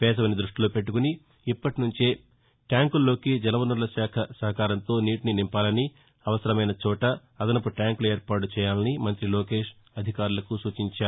వేసవిని ధృష్ణిలో పెట్లకొని ఇప్పటినుంచే ట్యాంకుల్లోకి జలవనరుల శాఖ సహకారంతో నీటిని నింపాలని అవసరమైనచోట అదనపు ట్యాంకులు ఏర్పాటు చేయాలని మంతి లోకేష్ అధికారులకు సూచించారు